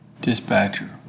Dispatcher